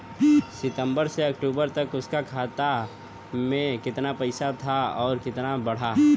सितंबर से अक्टूबर तक उसका खाता में कीतना पेसा था और कीतना बड़ा?